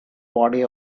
body